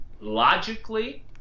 logically